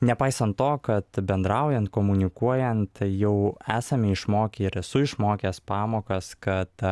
nepaisant to kad bendraujant komunikuojant jau esame išmokę ir esu išmokęs pamokas kad